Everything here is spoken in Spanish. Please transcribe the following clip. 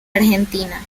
argentina